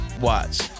Watch